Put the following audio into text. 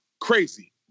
crazy